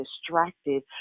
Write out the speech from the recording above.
distracted